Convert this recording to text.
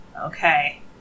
Okay